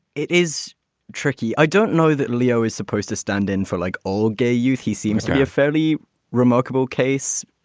it is tricky. i don't know that leo is supposed to stand in for like all gay youth. he seems to be a fairly remarkable case,